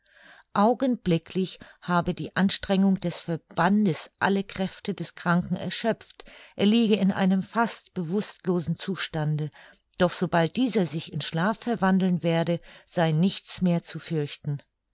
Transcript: augenblicklich habe die anstrengung des verbandes alle kräfte des kranken erschöpft er liege in einem fast bewußtlosen zustande doch sobald dieser sich in schlaf verwandeln werde sei nichts mehr zu fürchten